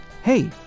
Hey